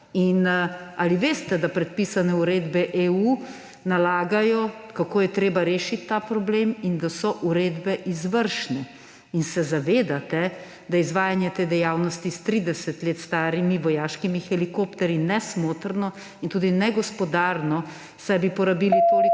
Ali veste, da predpisane uredbe EU nalagajo, kako je treba rešiti ta problem in da so uredbe izvršne? Ali se zavedate, da je izvajanje te dejavnosti s 30 let starimi vojaškimi helikopterji nesmotrno in tudi negospodarno? Namreč, porabili bi toliko